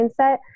mindset